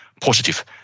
positive